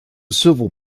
civil